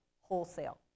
wholesale